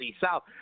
South